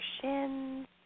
shins